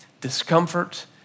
discomfort